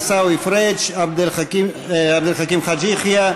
עיסאווי פריג'; עבד אל חכים חאג' יחיא,